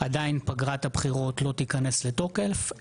עדיין פגרת הבחירות לא תיכנס לתוקף,